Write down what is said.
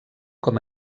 com